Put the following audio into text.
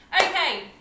Okay